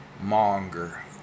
monger